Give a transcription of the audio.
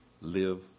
Live